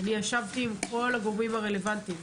אני ישבתי עם כל הגורמים הרלוונטיים,